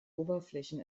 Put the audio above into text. oberflächen